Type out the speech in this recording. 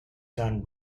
son